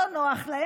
לא נוחים,